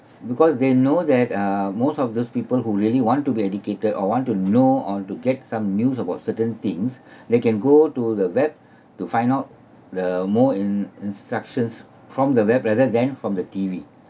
because they know that uh most of these people who really want to be educated or want to know or to get some news about certain things they can go to the web to find out the more in instructions from the web rather than from the T_V